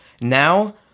Now